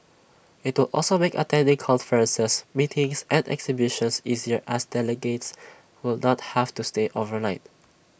IT will also make attending conferences meetings and exhibitions easier as delegates will not have to stay overnight